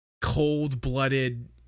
cold-blooded